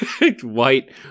White